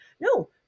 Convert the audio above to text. no